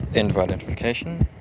end of identification.